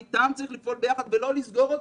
צריך לפעול אתם ביחד ולא לסגור אותם.